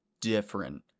different